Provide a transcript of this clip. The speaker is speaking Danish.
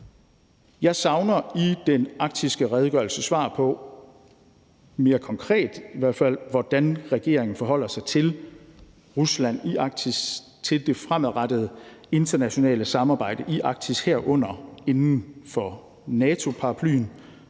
Jeg savner i den arktiske redegørelse svar på – i hvert fald mere konkret – hvordan regeringen forholder sig til Rusland i Arktis, til det fremadrettede internationale samarbejde i Arktis, herunder inden for NATO-paraplyen,